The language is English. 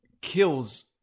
kills